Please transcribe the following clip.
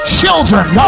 children